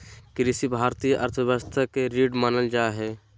कृषि भारतीय अर्थव्यवस्था के रीढ़ मानल जा हइ